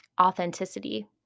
authenticity